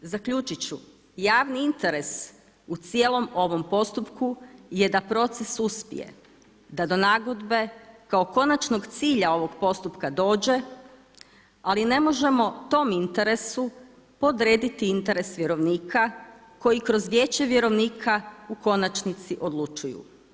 Zaključit ću, javni interes u cijelom ovom postupku je da proces uspije da do nagodbe kao konačnog cilja ovog postupka dođe, ali ne možemo tom interesu podrediti interes vjerovnika koji kroz vijeće vjerovnika u konačnici odlučuju.